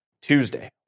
Tuesday